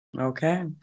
Okay